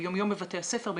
ביום יום בבתי הספר,